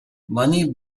money